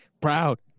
proud